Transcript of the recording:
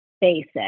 basic